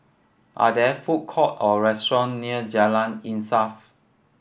are there food court or restaurant near Jalan Insaf